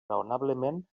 raonablement